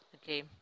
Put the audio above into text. Okay